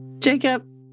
Jacob